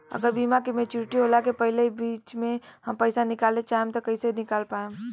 अगर बीमा के मेचूरिटि होला के पहिले ही बीच मे हम पईसा निकाले चाहेम त कइसे निकाल पायेम?